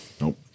Nope